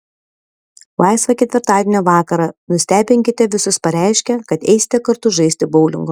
laisvą ketvirtadienio vakarą nustebinkite visus pareiškę kad eisite kartu žaisti boulingo